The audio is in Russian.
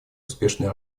успешной